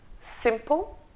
simple